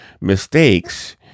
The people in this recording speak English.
mistakes